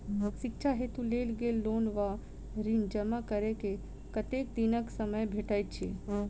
शिक्षा हेतु लेल गेल लोन वा ऋण जमा करै केँ कतेक दिनक समय भेटैत अछि?